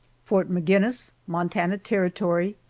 fort maginnis, montana territory,